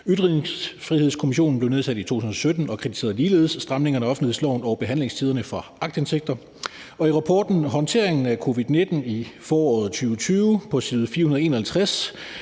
Ytringsfrihedskommissionen blev nedsat i 2017 og kritiserede ligeledes stramningerne af offentlighedsloven og behandlingstiderne for aktindsigter, og i rapporten »Håndteringen af covid-19 i foråret 2020« på side 451